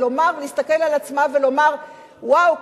להסתכל על עצמה ולומר: וואו,